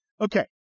Okay